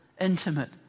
intimate